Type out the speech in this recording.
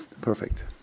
perfect